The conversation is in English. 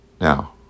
Now